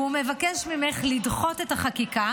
והוא מבקש ממך לדחות את החקיקה